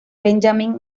benjamin